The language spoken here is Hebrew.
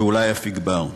ואולי אף יגבר.